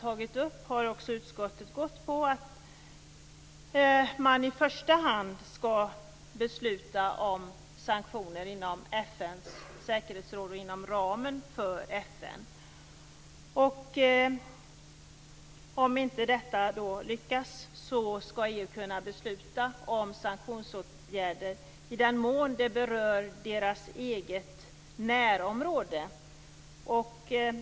Utskottet har gått in för att man i första hand skall besluta om sanktioner i FN:s säkerhetsråd och inom FN:s ram. Om inte detta lyckas, skall EU kunna besluta om sanktionsåtgärder i den mån de berör det egna närområdet.